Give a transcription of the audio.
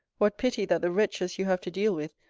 what pity that the wretches you have to deal with,